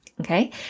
Okay